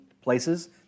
places